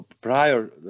prior